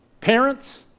Parents